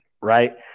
right